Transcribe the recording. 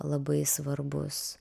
labai svarbus